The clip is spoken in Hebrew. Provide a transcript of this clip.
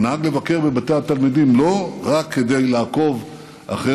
הוא נהג לבקר בבתי התלמידים לא רק כדי לעקוב אחרי